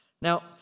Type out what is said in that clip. Now